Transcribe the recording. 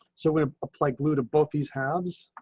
so we apply glue to both these halves.